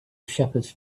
shepherds